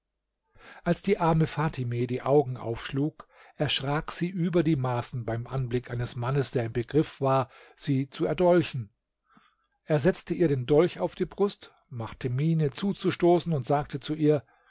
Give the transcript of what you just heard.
als die arme fatime die augen aufschlug erschrak sie über die maßen beim anblick eines mannes der im begriff war sie zu erdolchen er setzte ihr den dolch auf die brust machte miene zuzustoßen und sagte zu ihr